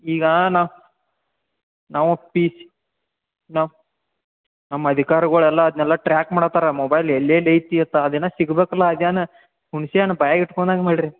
ಈಗ ನಾವು ಪಿ ನಾವು ನಮ್ಮ ಅಧಿಕಾರಿಗಳೆಲ್ಲ ಅದನ್ನೆಲ್ಲ ಟ್ರ್ಯಾಕ್ ಮಾಡುತ್ತಾರ ಮೊಬೈಲ್ ಎಲ್ಲೆಲ್ಲಿ ಐತಿ ಅಂತ ಅದೇನು ಸಿಗಬೇಕಲ್ಲ ಅದೇನ ಹುಣ್ಸೆ ಹಣ್ಣು ಬಾಯ್ಗೆ ಇಟ್ಕೊಳಂಗ್ ಮಾಡಿರಿ